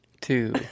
two